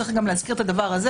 צריך להזכיר גם את הדבר הזה,